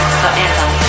forever